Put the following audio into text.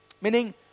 meaning